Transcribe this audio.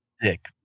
dick